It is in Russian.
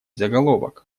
заголовок